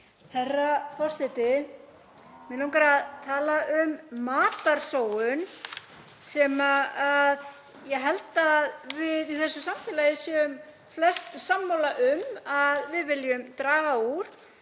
Herra forseti. Mig langar að tala um matarsóun sem ég held að við í þessu samfélagi séum flest sammála um að við viljum draga úr,